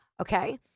okay